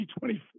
2024